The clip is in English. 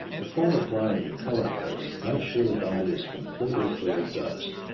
before applying your color coats, make sure the body is completely free of dust.